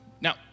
Now